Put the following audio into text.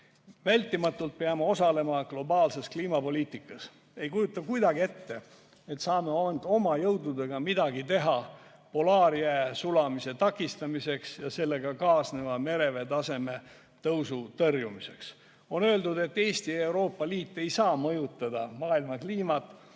Vältimatult peame osalema globaalses kliimapoliitikas. Ei kujuta kuidagi ette, et saame ainult oma jõududega teha midagi polaarjää sulamise ja sellega kaasneva mereveetaseme tõusu takistamiseks. On öeldud, et Eesti ja Euroopa Liit ei saa mõjutada maailma kliimat,